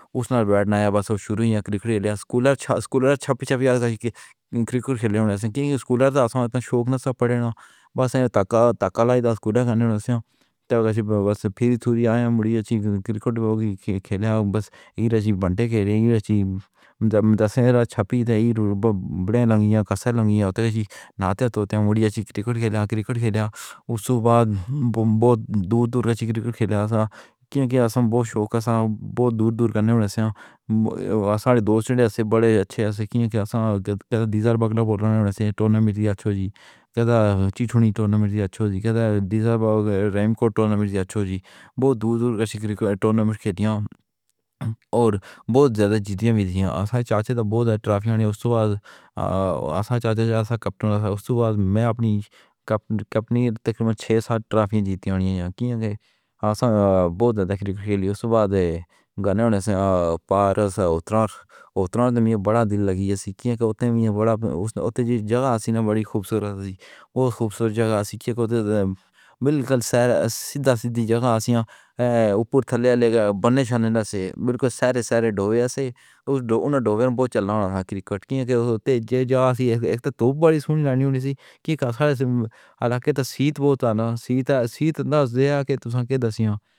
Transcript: اسے بیٹھنا ہے، بس اب شروع ہوئی اے۔ کرکٹر اسکولر یا سکولر چھپی چھپی جاندی سی کہ کرکٹ کھیلن والے وی سکول اِتنا شوق نہ پڑھے ناں۔ بس تکالیف سکول جان دیاں نیں، تو پھر تھوڑی آئی ہمڈی کرکٹ کھیڈوں گے، بس ایسے بنے ہوئے نیں۔ جی، ہمیں چھپی سی، بڑے لگے ہوئے نیں یا قصر نیں، تے ہمارے نہاتے توتے نیں، تو تھوڑی جہی کرکٹ کھیڈ لیندے ہاں۔ کرکٹ کھیلن دے بعد بہت دور دور دی کرکٹ کھیڈی سی، کیوں کہ ہم بہت شوق نال دور دور تک کھیڈن والے سی۔ میرے دوست بڑے چنگے نیں، ہم نے ٹورنامنٹ دیا سی؟ نہیں، نہیں آکھیا سی کہ ہم ٹورنامنٹ وچ آپس وچ بہت دور دور دے میچ کھیڈے تے بہت زیادہ جتے نیں۔ چاچا دے کول بہت ساریاں ٹرافیاں نیں، تے چاچا کپتان وی سی۔ اس دے بعد میں اپنی کپتانی وچ تقریباً چھ سات ٹرافیاں جتیاں نیں، آسان بہت دیکھیاں گئیاں نیں۔ اس دے بعد گانا پار سی، اتراں اتراں بڑا دل لگیا سی۔ اتراں بڑا اچھی جگہ سی، سینہ بڑا خوبصورت تے چنگا ٹھکانہ سی۔ بالکل سیدھی سیدھی جگہ تے، اوپر نہ بنن نال ملک دے سارے ڈب جاندے نیں، انہیں ڈبن دے لیے بہت چلنا پیندا سی۔ کرکٹ دے تیج جا سی، اک تاں بڑی ہونی ہونی سی، گزریا علاقہ سی، سیٹ بوتان، سیٹ سیٹ دے ہی سی، جیویں ہم آکھدے نیں۔